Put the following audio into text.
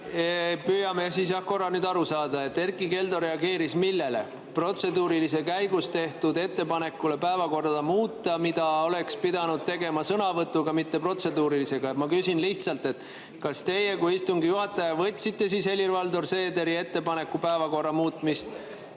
Püüame korra aru saada. Erkki Keldo reageeris millele? Protseduurilise käigus tehtud ettepanekule päevakorda muuta, mida oleks pidanud tegema sõnavõtuga, mitte protseduurilisega. Ma küsin lihtsalt. Kas teie kui istungi juhataja võtsite Helir-Valdor Seederi ettepaneku päevakorda muuta